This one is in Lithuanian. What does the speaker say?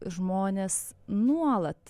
žmonės nuolat